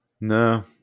No